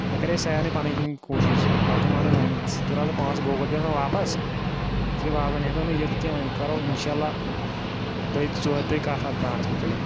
مےٚ کَرے سارنٕے پَنٕنۍ کِنۍ کوٗشِش اورٕ چھُن مانان وۄنۍ ژٕ ترٛاو ژٕ پانٛژھ گوٗگل پے یَس مَنٛز واپَس ژٕ دِ واپَس وۄنۍ ہٮ۪کو نہٕ یِتھ کینٛہہ وۄنۍ کَرو اِنشاء اللہ دۄیہِ ژورِ دۄہہِ کَتھ اَتھ بارَس مُتعلِق